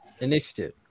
Initiative